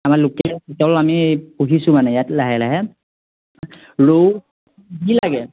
আমাৰ লোকেল চিতল আমি পুহিছোঁ মানে ইয়াত লাহে লাহে ৰৌ যি লাগে